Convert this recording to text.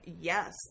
yes